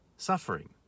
suffering